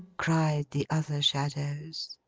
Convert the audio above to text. cried the other shadows.